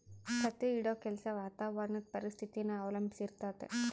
ತತ್ತಿ ಇಡೋ ಕೆಲ್ಸ ವಾತಾವರಣುದ್ ಪರಿಸ್ಥಿತಿನ ಅವಲಂಬಿಸಿರ್ತತೆ